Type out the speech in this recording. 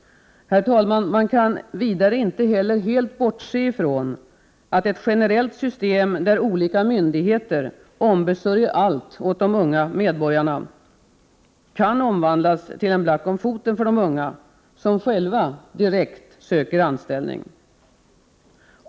Herr talman! Man kan vidare inte heller helt bortse från att ett generellt system, där olika myndigheter ombesörjer allt åt de unga medborgarna, kan omvandlas till en black om foten för de unga som själva direkt söker anställning.